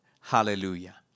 Hallelujah